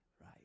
right